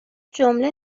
جمله